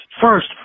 first